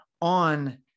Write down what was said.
on